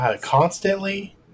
Constantly –